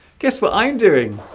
guess what i'm doing